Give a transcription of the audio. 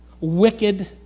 wicked